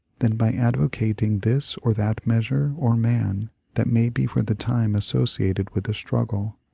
than by advocating this or that measure or man that may be for the time associated with the struggle.